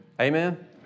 Amen